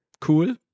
cool